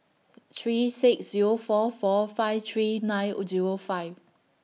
three six Zero four four five three nine O Zero five